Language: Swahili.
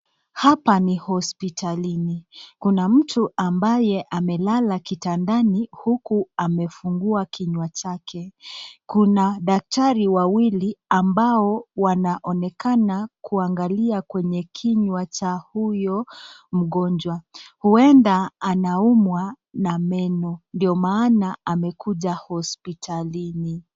Hapa ni hospitalini, kuna mtu ambaye amelala kitandani huku amefungua kinywa chake, kuna daktari wawili ambao wanaonekana kuangalia kwenye kinywa cha huyo mgonjwa. Uenda anaumwa na meno ndio maana amekuja hospitalini.